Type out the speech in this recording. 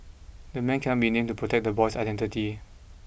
the man cannot be named to protect the boy's identity